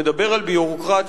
מדבר על ביורוקרטיה,